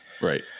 Right